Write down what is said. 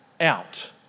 out